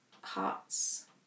hearts